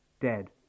dead